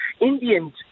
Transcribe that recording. Indians